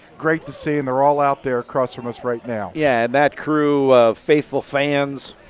great to see and they are all out there across from us right now. yeah, that crew of faithful fans,